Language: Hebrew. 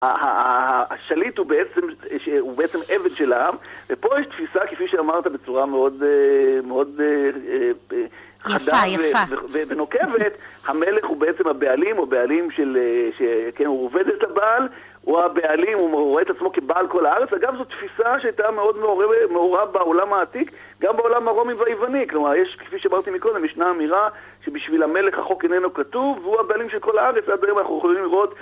השליט הוא בעצם עבד שלה, ופה יש תפיסה, כפי שאמרת, בצורה מאוד חדה ונוקבת. המלך הוא בעצם הבעלים, או בעלים שהוא עובד את הבעל, הוא הבעלים, הוא רואה את עצמו כבעל כל הארץ. אגב, זו תפיסה שהייתה מאוד מעורה בעולם העתיק, גם בעולם הרומי והיווני. כלומר, יש, כפי שאמרתי מקודם, ישנה אמירה שבשביל המלך החוק איננו כתוב, והוא הבעלים של כל הארץ. עד היום אנחנו יכולים לראות